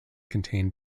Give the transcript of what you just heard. contain